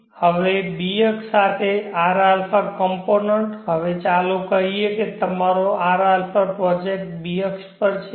હવે b અક્ષ સાથે rα કમ્પોનન્ટ હવે ચાલો કહીએ કે તમારો rα પ્રોજેક્ટ b અક્ષ પર છે